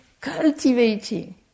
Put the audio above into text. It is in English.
cultivating